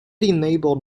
enabled